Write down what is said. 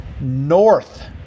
North